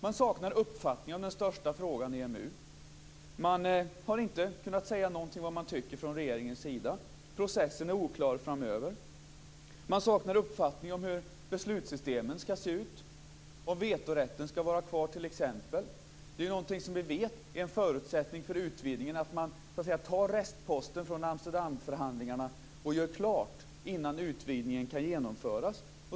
Man saknar uppfattning i den största frågan, EMU. Man har inte kunnat säga någonting om vad man tycker från regeringens sida. Processen är oklar framöver. Man saknar uppfattning om hur beslutssystemen skall se ut, om vetorätten skall vara kvar. Någonting som vi vet är en förutsättning för utvidgningen är att man tar restposterna från Amsterdamförhandlingarna och gör klart innan utvidgningen kan genomföras.